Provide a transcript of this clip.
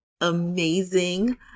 amazing